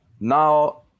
now